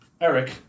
Eric